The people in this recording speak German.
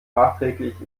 nachträglich